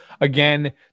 again